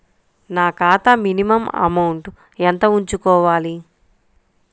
నా ఖాతా minimum amount ఎంత ఉంచుకోవాలి?